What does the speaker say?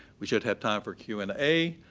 we should have time for q and a.